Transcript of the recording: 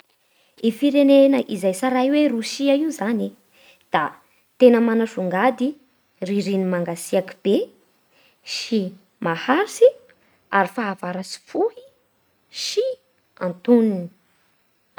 I firene izay tsaray hoe Rosia io zany e da tena manasongady ririny mangatsiaky be sy maharitsy ary fahavaratsy fohy sy antonony.